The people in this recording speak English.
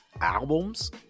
Albums